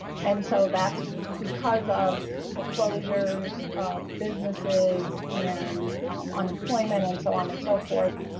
and so that's because of the closures of businesses and unemployment and so on and so forth,